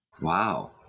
wow